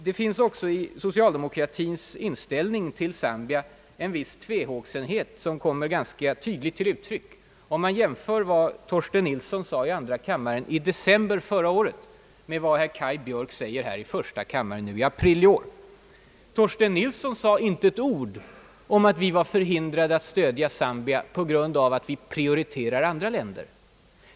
Det finns också i socialdemokratins inställning till Zambia en viss tvehågsenhet som kommer ganska tydligt till uttryck. Om man jämför vad Torsten Nilsson uttalade i december föregående år med vad herr Björk nu framhåller i april i år finner man, att utrikesministern inte nämnde ett ord om att vi skulle vara förhindrade att stödja Zambia på grund av att vi prioriterar andra länder.